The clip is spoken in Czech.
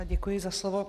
Děkuji za slovo.